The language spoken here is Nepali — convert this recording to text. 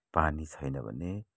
पानी छैन भने